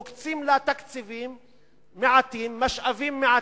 מוקצים תקציבים מעטים, משאבים מעטים,